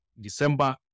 December